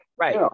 Right